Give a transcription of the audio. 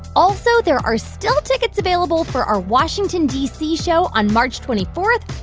also, there are still tickets available for our washington, d c, show on march twenty four.